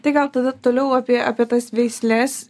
tai gal tada toliau apie apie tas veisles